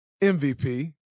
MVP